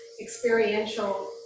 experiential